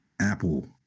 Apple